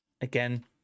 Again